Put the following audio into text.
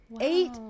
Eight